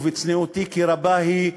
ובצניעותי כי רבה היא,